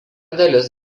dalis